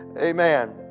Amen